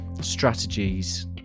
strategies